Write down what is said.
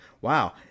Wow